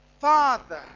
Father